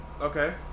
Okay